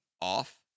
off